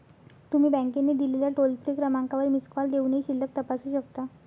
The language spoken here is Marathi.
तुम्ही बँकेने दिलेल्या टोल फ्री क्रमांकावर मिस कॉल देऊनही शिल्लक तपासू शकता